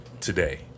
today